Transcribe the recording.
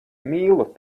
mīlu